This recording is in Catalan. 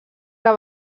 que